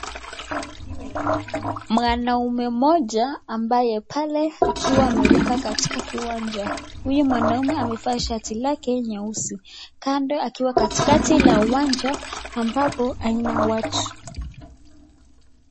Mwanaume mmoja ambaye pale akiwa ameruka katika kiwanja. Huyu mwanaume amevaa shati lake nyeusi. Kando akiwa katikati la uwanja ambapo haina watu.